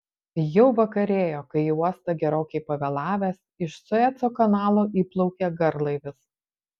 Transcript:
jau vakarėjo kai į uostą gerokai pavėlavęs iš sueco kanalo įplaukė garlaivis